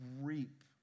reap